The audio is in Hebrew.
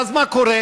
ואז, מה קורה?